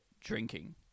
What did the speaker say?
drinking